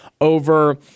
over